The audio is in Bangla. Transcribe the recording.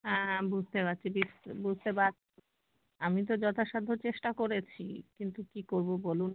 হ্যাঁ হ্যাঁ বুঝতে পারছি বুঝতে পারছি আমি তো যথাসাধ্য চেষ্টা করেছি কিন্তু কী করবো বলুন